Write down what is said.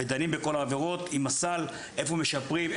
ודנים בכל העבירות עם הסל איפה משפרים,